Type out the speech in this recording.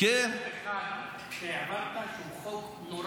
הפנים כשהיית יושב-ראש יש חוק אחד שהעברת שהוא חוק נורא,